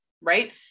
right